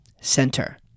center